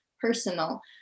personal